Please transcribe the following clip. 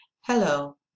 Hello